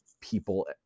people